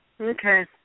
Okay